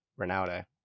Ronaldo